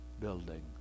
building